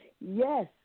Yes